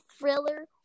thriller